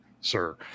sir